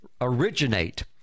originate